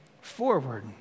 forward